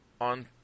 on